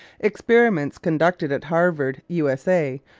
experiments conducted at harvard, u s a,